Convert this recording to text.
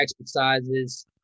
exercises